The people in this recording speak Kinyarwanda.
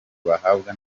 bahabwa